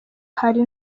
hari